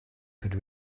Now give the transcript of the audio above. could